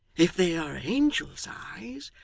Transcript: if they are angels' eyes,